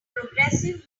progressive